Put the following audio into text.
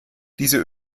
diese